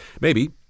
Maybe